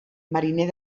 mariner